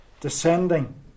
descending